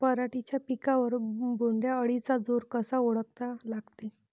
पराटीच्या पिकावर बोण्ड अळीचा जोर कसा ओळखा लागते?